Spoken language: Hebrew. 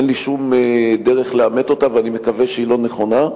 אין לי שום דרך לאמת אותה ואני מקווה שהיא לא נכונה,